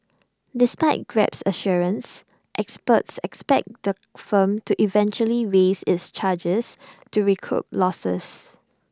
despite grab's assurances experts expect the firm to eventually raise its charges to recoup losses